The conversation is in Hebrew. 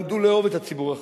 למדו לאהוב את הציבור החרדי,